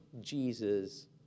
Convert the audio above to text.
Jesus